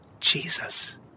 Jesus